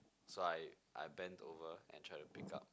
so I I bent over and try to pick up